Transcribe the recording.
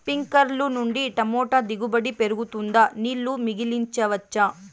స్ప్రింక్లర్లు నుండి టమోటా దిగుబడి పెరుగుతుందా? నీళ్లు మిగిలించవచ్చా?